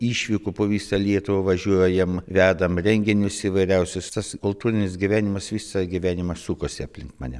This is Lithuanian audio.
išvykų po visą lietuvą važiuojam vedam renginius įvairiausius tas kultūrinis gyvenimas visą gyvenimą sukasi aplink mane